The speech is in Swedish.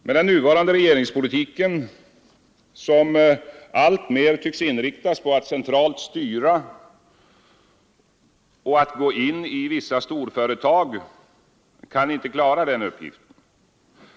Men den nuvarande regeringspolitiken, som alltmer tycks inriktas på att centralt styra och gå in i vissa storföretag, kan inte klara denna uppgift.